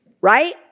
Right